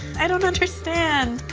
i don't understand,